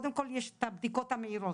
קודם כל יש את הבדיקות המהירות,